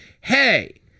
hey